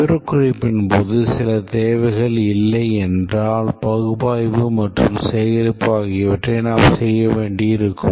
விவரக்குறிப்பின் போது சில தேவைகள் இல்லை என்றால் பகுப்பாய்வு மற்றும் சேகரிப்பு ஆகியவற்றை நாம் செய்ய வேண்டியிருக்கும்